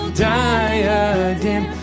diadem